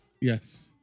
Yes